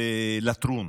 בלטרון,